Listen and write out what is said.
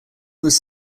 was